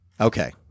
Okay